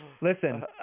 Listen